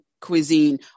cuisine